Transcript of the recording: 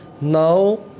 Now